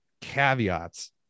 caveats